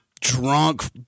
drunk